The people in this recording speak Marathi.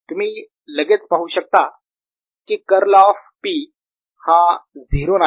तुम्ही लगेच पाहू शकता की कर्ल ऑफ P हा 0 नाही